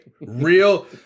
Real